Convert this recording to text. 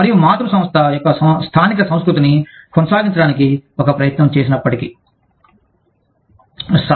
మరియు మాతృ సంస్థ యొక్క స్థానిక సంస్కృతిని కొనసాగించడానికి ఒక ప్రయత్నం చేసినా